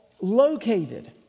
located